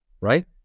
right